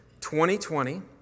2020